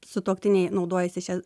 sutuoktiniai naudojasi šia